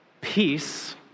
peace